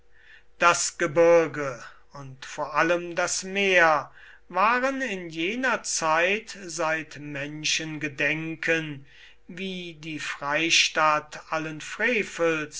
das gebirge und vor allem das meer waren in jener zeit seit menschengedenken wie die freistatt allen frevels